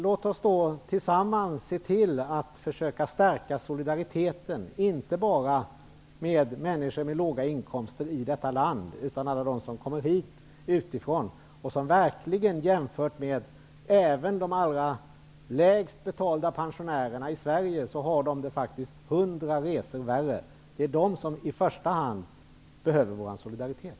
Låt oss tillsammans stärka solidariteten med inte bara människor med låga inkomster i detta land utan även med alla dem som kommer hit utifrån. Jämfört även med de allra lägst betalda pensionärerna i Sverige har de det verkligen hundra resor värre. Det är de som i första hand behöver vår solidaritet.